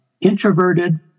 introverted